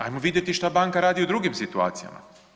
Ajmo vidjeti šta banka radi u drugim situacijama.